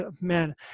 man